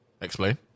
Explain